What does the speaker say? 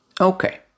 Okay